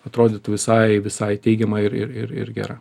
atrodytų visai visai teigiama ir ir ir ir gera